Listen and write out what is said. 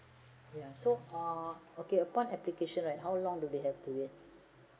ya so uh okay upon application right how long do they have to wait